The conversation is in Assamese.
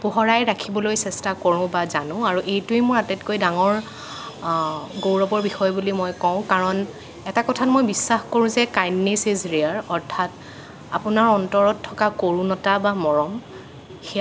পোহৰাই ৰাখিবলৈ চেষ্টা কৰোঁ বা জানোঁ আৰু এইটোৱে মোৰ আটাইতকৈ ডাঙৰ গৌৰৱৰ বিষয় বুলি মই কওঁ কাৰণ এটা কথাত মই বিশ্বাস কৰোঁ যে কাইন্দনেছ ইজ ৰেয়াৰ অৰ্থাৎ আপোনাৰ অন্তৰত থকা কৰুণতা বা মৰম